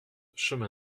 chemin